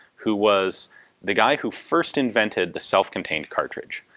who was the guy who first invented the self-contained cartridge.